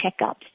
checkups